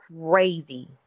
crazy